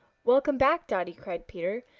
welcome back, dotty! cried peter.